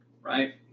right